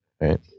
Right